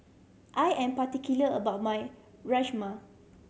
I am particular about my Rajma